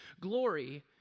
glory